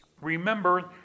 remember